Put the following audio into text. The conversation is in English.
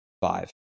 five